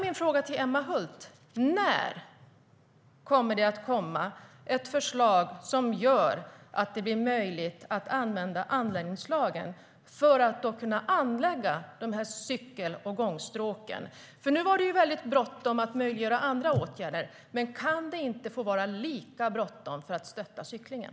Min fråga till Emma Hult är: När kommer det ett förslag som gör det möjligt att använda anläggningslagen för att kunna anlägga de här cykel och gångstråken? Det var bråttom att möjliggöra andra åtgärder. Kan det inte få vara lika bråttom att stödja cyklingen?